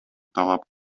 талап